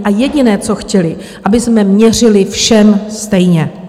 A jediné, co chtěli, abychom měřili všem stejně.